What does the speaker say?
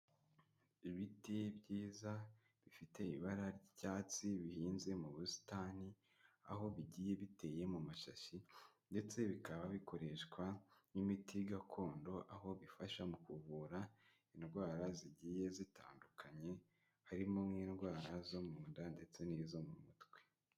Ibiti byiza, bifite ibara ry'icyatsi, bihinze mu busitani, aho bigiye biteye mu mashashi ndetse bikaba bikoreshwa nk'imiti gakondo, aho bifasha mu kuvura indwara zigiye zitandukanye, harimo nk'indwara zo mu nda ndetse n'izo mu mutwe.